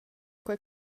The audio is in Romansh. quei